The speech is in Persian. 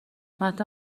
متن